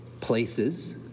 places